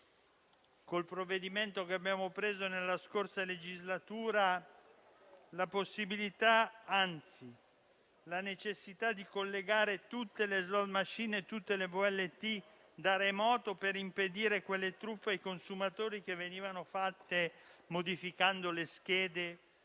il provvedimento che abbiamo approvato nella scorsa legislatura, la possibilità, come era necessario, di collegare tutte le *slot machine* e tutti gli apparecchi VLT da remoto, per impedire quelle truffe ai consumatori che venivano perpetrate modificando le schede